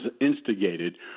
instigated